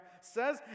says